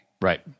right